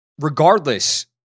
regardless